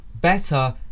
better